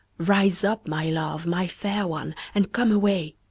rise up, my love, my fair one, and come away.